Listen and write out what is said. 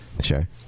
sure